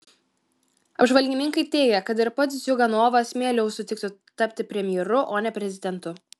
apžvalgininkai teigia kad ir pats ziuganovas mieliau sutiktų tapti premjeru o ne prezidentu